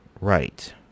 right